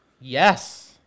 Yes